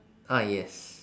ah yes